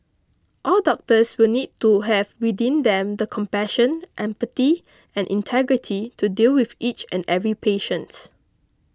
all doctors will need to have within them the compassion empathy and integrity to deal with each and every patient